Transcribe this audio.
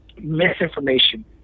misinformation